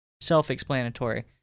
self-explanatory